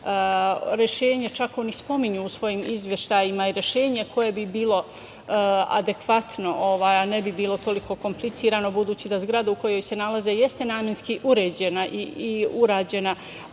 rad. Oni čak spominju u svojim izveštajima i rešenje koje bi bilo adekvatno, a ne bi bilo toliko komplikvoano, budući da zgrada u kojoj se nalaze jeste namenski uređena i urađena